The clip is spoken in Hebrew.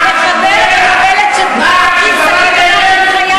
מי שמכנה מחבל או מחבלת שתוקעים סכין בגב של חייל,